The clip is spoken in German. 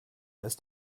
ist